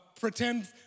pretend